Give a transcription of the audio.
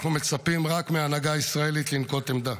אנחנו מצפים רק מההנהגה ישראלית לנקוט עמדה.